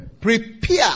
Prepare